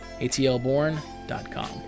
atlborn.com